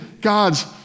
God's